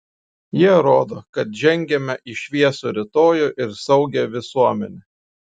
jie rodo kad žengiame į šviesų rytojų ir saugią visuomenę